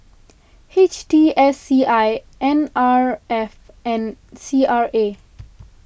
H T S C I N R F and C R A